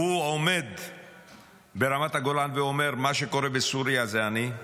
הוא עומד ברמת הגולן ואומר: מה שקורה בסוריה זה אני,